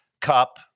Cup